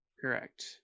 correct